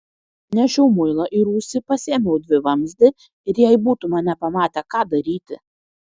nešiau muilą į rūsį pasiėmiau dvivamzdį ir jei būtų mane pamatę ką daryti